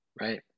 right